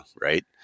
Right